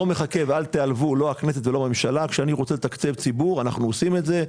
רוצה לתקצב ציבור, אני עושה את זה.